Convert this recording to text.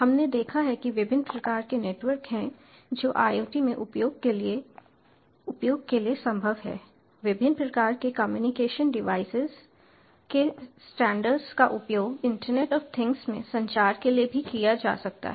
हमने देखा है कि विभिन्न प्रकार के नेटवर्क हैं जो IoT में उपयोग के लिए उपयोग के लिए संभव हैं विभिन्न प्रकार के कम्युनिकेशन डिवाइसेज के स्टैंडर्ड्स का उपयोग इंटरनेट ऑफ थिंग्स में संचार के लिए भी किया जा सकता है